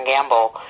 Gamble